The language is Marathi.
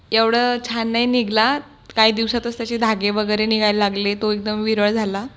एवढं छान नाही निघाला काही दिवसातच त्याचे धागे वगैरे निघाय लागले तो एकदम विरळ झाला